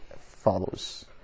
follows